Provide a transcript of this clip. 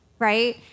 right